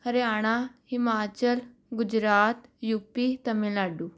Haryana Himachal Gujarat U P Tamil Nadu